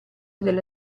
della